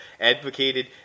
advocated